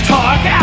Talk